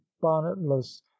bonnetless